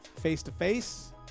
face-to-face